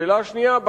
שאלה שנייה,